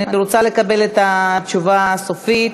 אני רוצה לקבל את התשובה הסופית: